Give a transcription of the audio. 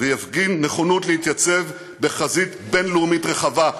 ויפגין נכונות להתייצב בחזית בין-לאומית רחבה,